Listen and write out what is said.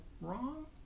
wrong